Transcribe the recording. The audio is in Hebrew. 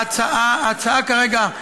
ההצעה המוצעת כרגע,